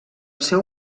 seu